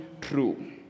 true